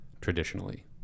traditionally